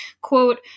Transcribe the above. Quote